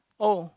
oh